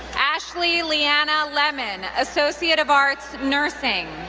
ashley lianna lemmon, associate of arts, nursing.